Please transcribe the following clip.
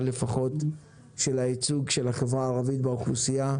לפחות של היקף הייצוג של החברה הערבית באוכלוסייה,